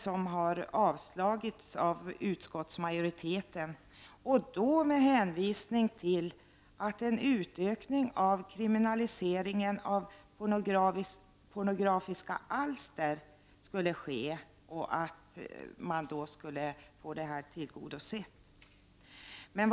De har avstyrkts av utskottsmajoriteten med hänvisning till att en utökning av kriminaliseringen av pornografiska alster skulle ske och att detta krav då skulle tillgodoses.